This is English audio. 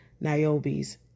Niobe's